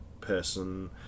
person